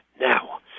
Now